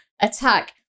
attack